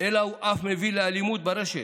אלא הוא אף מביא לאלימות ברשת,